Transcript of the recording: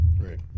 Right